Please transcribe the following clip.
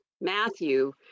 Matthew